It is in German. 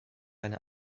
eine